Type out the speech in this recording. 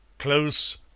close